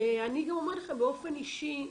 אני גם אומרת לכם באופן אישי,